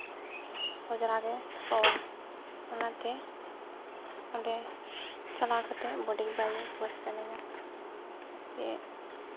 ᱚᱡᱽᱨᱟ ᱜᱮ ᱥᱚᱼᱟ ᱚᱱᱟᱛᱮ ᱚᱸᱰᱮ ᱪᱟᱞᱟᱣ ᱠᱟᱛᱮᱫ ᱵᱚᱰᱤ ᱵᱟᱭ ᱚᱣᱟᱥ ᱥᱟᱱᱟᱧᱟ ᱪᱮᱫ